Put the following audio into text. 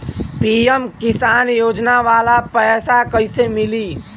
PM Kisan योजना वाला पैसा कईसे मिली?